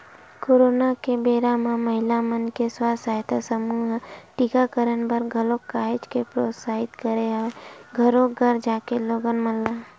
corona के बेरा म महिला मन के स्व सहायता समूह ह टीकाकरन बर घलोक काहेच के प्रोत्साहित करे हवय घरो घर जाके लोगन मन ल